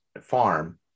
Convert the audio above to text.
farm